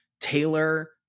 tailor